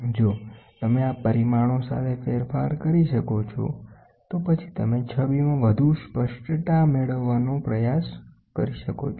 જો તમે આ પરિમાણો સાથે ફેરફાર કરી શકો છો તો પછી તમે છબીમાં વધુ સ્પષ્ટતા મેળવવાનો પ્રયાસ કરી શકો છો